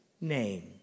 name